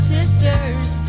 sisters